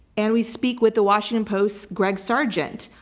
and we speak with the washington post's greg sargent,